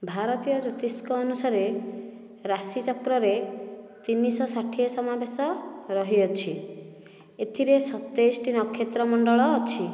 ଭାରତୀୟ ଜ୍ୟୋତିଷ୍କ ଅନୁସାରେ ରାଶିଚକ୍ରରେ ତିନିଶହ ଷାଠିଏ ସମାବେଶ ରହିଅଛି ଏଥିରେ ସତେଇଶଟି ନକ୍ଷେତ୍ରମଣ୍ଡଳ ଅଛି